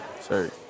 sir